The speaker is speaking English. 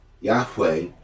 Yahweh